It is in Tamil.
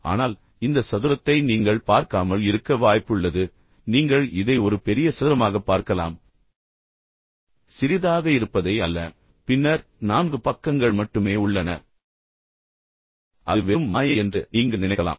ஆனால் இந்த சதுரத்தை நீங்கள் பார்க்காமல் இருக்க வாய்ப்புள்ளது நீங்கள் இதை ஒரு பெரிய சதுரமாக பார்க்கலாம் சிறிதாக இருப்பதை அல்ல பின்னர் நான்கு பக்கங்கள் மட்டுமே உள்ளன அது வெறும் மாயை என்று நீங்கள் நினைக்கலாம்